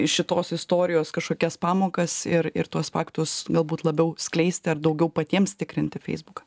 iš šitos istorijos kažkokias pamokas ir ir tuos faktus galbūt labiau skleisti ar daugiau patiems tikrinti feisbuką